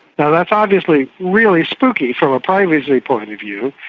that's obviously really spooky from a privacy point of view,